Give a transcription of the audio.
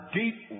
deep